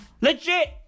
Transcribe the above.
Legit